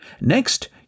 Next